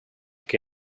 que